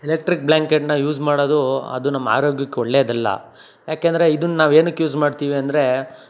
electric ಬ್ಲ್ಯಾಂಕೆಟನ್ನ use ಮಾಡೋದು ಅದು ನಮ್ಮ ಆರೋಗ್ಯಕ್ಕೆ ಒಳ್ಳೆಯದಲ್ಲ ಯಾಕೆಂದರೆ ಇದನ್ನು ನಾವು ಏನಕ್ಕೆ ಯೂಸ್ ಮಾಡ್ತೀವಿ ಅಂದರೆ